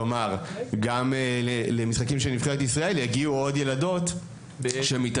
כלומר גם למשחקים של נבחרת ישראל יגיעו עוד ילדות שמתעניינות